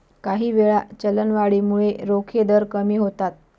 काहीवेळा, चलनवाढीमुळे रोखे दर कमी होतात